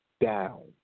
down